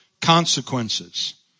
consequences